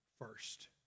first